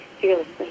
fearlessly